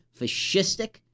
fascistic